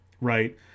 Right